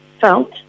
felt